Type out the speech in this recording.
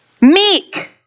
Meek